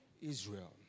Israel